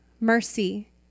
mercy